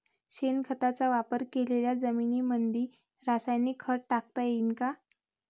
शेणखताचा वापर केलेल्या जमीनीमंदी रासायनिक खत टाकता येईन का?